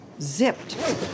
zipped